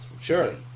surely